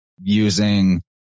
using